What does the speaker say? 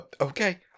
Okay